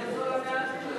אז לא הבנתי,